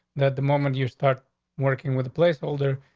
the the moment you start working with a placeholder,